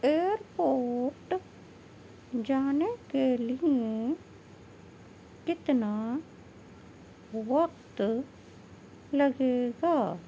year port جانے کے لئے کتنا وقت لگے گا